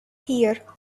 here